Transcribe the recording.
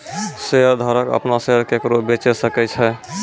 शेयरधारक अपनो शेयर केकरो बेचे सकै छै